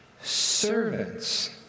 servants